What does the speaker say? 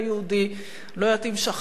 לא יודעת אם שכחתי איזו מפלגה,